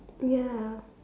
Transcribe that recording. ya